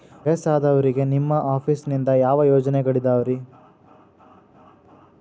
ವಯಸ್ಸಾದವರಿಗೆ ನಿಮ್ಮ ಆಫೇಸ್ ನಿಂದ ಯಾವ ಯೋಜನೆಗಳಿದಾವ್ರಿ?